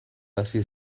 hasi